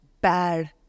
bad